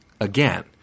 again